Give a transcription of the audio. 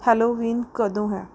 Halloween ਕਦੋਂ ਹੈ